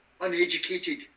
uneducated